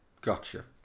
gotcha